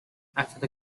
after